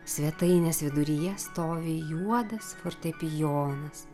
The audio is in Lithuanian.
svetainės viduryje stovi juodas fortepijonas